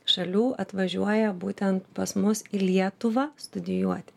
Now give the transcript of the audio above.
šalių atvažiuoja būtent pas mus į lietuvą studijuoti